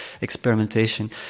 experimentation